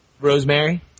Rosemary